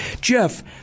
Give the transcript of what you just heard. Jeff